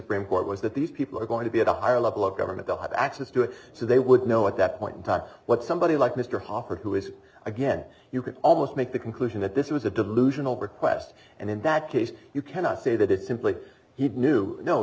court was that these people are going to be at a higher level of government they'll have access to it so they would know at that point in time what somebody like mr hopper who is again you could almost make the conclusion that this was a delusional request and in that case you cannot say that it simply he knew